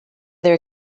their